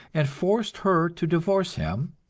and forced her to divorce him,